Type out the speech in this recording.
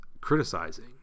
criticizing